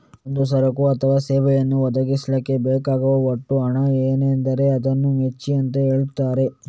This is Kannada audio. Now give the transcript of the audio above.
ಒಂದು ಸರಕು ಅಥವಾ ಸೇವೆಯನ್ನ ಒದಗಿಸ್ಲಿಕ್ಕೆ ಬೇಕಾಗುವ ಒಟ್ಟು ಹಣ ಏನಿದೆ ಅದನ್ನ ವೆಚ್ಚ ಅಂತ ಹೇಳ್ತಾರೆ